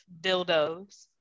dildos